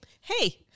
Hey